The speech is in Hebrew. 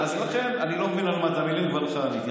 אז לכן אני לא מבין על מה אתה מלין, ולך עניתי.